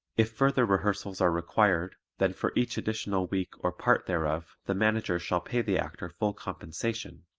if further rehearsals are required then for each additional week or part thereof the manager shall pay the actor full compensation,